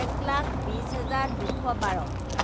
এক লাখ বিছ হাজাৰ দুশ বাৰ